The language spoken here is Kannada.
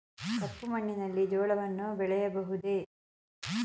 ಕಪ್ಪು ಮಣ್ಣಿನಲ್ಲಿ ಜೋಳವನ್ನು ಬೆಳೆಯಬಹುದೇ?